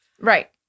right